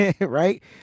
right